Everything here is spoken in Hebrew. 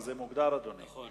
(מסירת הודעה לנער עובד),